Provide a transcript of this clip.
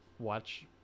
watch